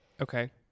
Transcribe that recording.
Okay